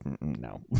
No